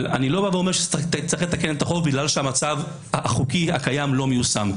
אני לא בא ואומר שצריך לתקן את החוק בגלל שהמצב החוקי הקיים לא מיושם.